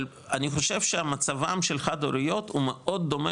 אבל אני חושב שמצבן של חד הוריות הוא מאוד דומה